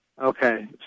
Okay